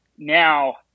Now